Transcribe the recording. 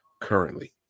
currently